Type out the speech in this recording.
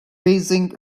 raising